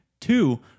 Two